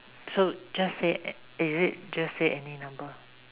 so just say is it just say any number